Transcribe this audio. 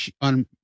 on